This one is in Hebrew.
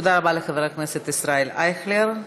תודה רבה לחבר הכנסת ישראל אייכלר.